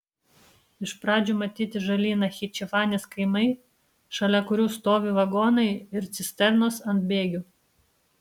iš pradžių matyti žali nachičevanės kaimai šalia kurių stovi vagonai ir cisternos ant bėgių